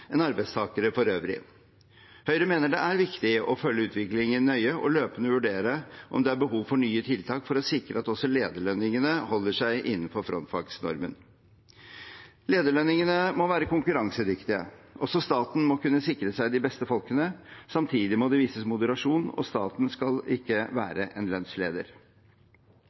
enn arbeidstakere for øvrig. Høyre mener det er viktig å følge utviklingen nøye og løpende vurdere om det er behov for nye tiltak for å sikre at også lederlønningene holder seg innenfor frontfagsnormen. Lederlønningene må være konkurransedyktige. Også staten må kunne sikre seg de beste folkene. Samtidig må det vises moderasjon, og staten skal ikke være en lønnsleder.